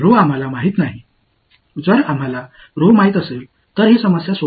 எனவே rho உண்மையில் எங்களுக்குத் தெரியாது rhoவை நாங்கள் அறிந்திருந்தால் இந்த சிக்கல் எளிமையானது